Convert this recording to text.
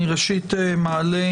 אני ראשית מעלה